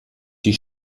die